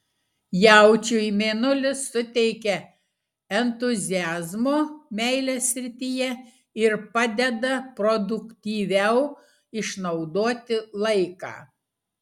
jaučiui mėnulis suteikia entuziazmo meilės srityje ir padeda produktyviau išnaudoti laiką